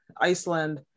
iceland